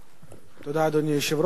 אדוני היושב-ראש,